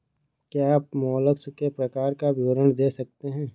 क्या आप मोलस्क के प्रकार का विवरण दे सकते हैं?